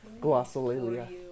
Glossolalia